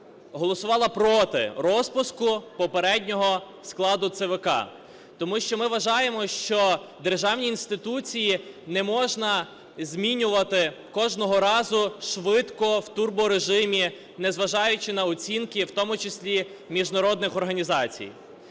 голосувала проти розпуску попереднього складу ЦВК. Тому що ми вважаємо, що державні інституції не можна змінювати кожного разу швидко в турборежимі, незважаючи на оцінки, в тому числі міжнародних організацій.